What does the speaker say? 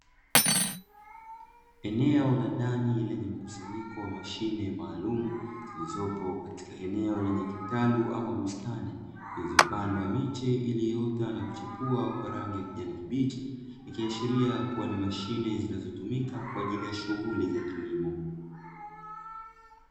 Eneo la ndani lenye mkusanyiko wa mashine maalumu, zilizopo katika eneo lenye kitalu ama bustani, zilizopandwa miche iliyoota na kuchipua kwa rangi ya kijani kibichi, ikiashiria kuwa ni mashine zinazotumika kwa ajili ya shughuli za kilimo.